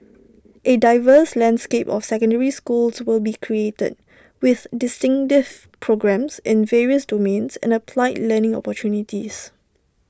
A diverse landscape of secondary schools will be created with distinctive programmes in various domains and applied learning opportunities